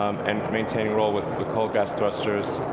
and maintaining roll with cold gas thrusters.